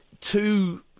two